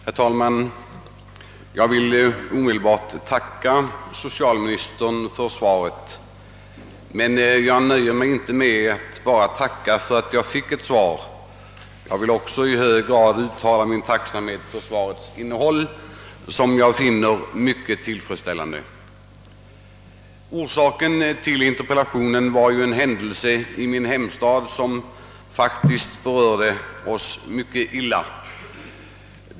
Herr talman! Jag vill omedelbart tacka socialministern för svaret på min interpellation, men jag nöjer mig inte med att bara tacka för att jag fick ett svar utan jag vill också uttala min stora tacksamhet för svarets innehåll, som jag finner i hög grad tillfredsställande. Orsaken till interpellationen var en händelse i min hemstad, som faktiskt berörde oss mycket illa.